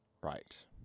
Right